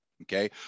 Okay